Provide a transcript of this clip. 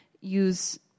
use